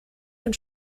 ein